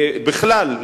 בכלל,